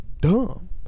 dumb